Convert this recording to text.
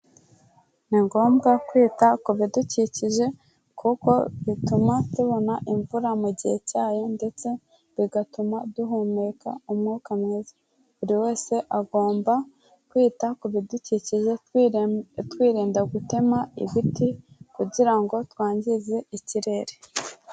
Ni ngombwa kwita ku bidukikije, kuko bituma tubona imvura mu gihe cyayo ndetse bigatuma duhumeka umwuka mwiza, buri wese agomba kwita ku bidukikije, twirinda gutema ibiti, kugira ngo twangize ikirere.